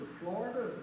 Florida